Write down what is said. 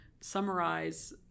summarize